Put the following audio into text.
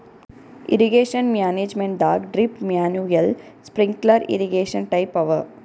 irrigation ಮ್ಯಾನೇಜ್ಮೆಂಟದಾಗ್ drip manual sprinkler irrigation type ಅವ